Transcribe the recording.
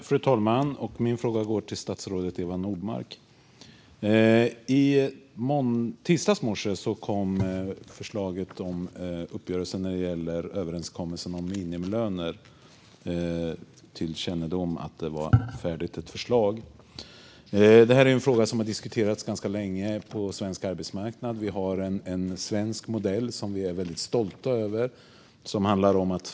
Fru talman! Min fråga går till statsrådet Eva Nordmark. I tisdags morse blev det känt att förslaget när det gäller uppgörelsen om minimilöner var färdigt. Det är en fråga som har diskuterats ganska länge på svensk arbetsmarknad. Vi har en svensk modell som vi är väldigt stolta över.